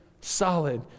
solid